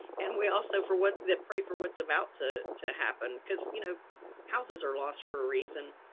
and we also for what that pray for, what's about to to happen, cause you know houses are lost for a reason.